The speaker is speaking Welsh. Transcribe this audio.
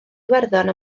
iwerddon